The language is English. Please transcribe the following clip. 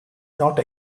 not